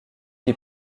qui